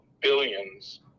billions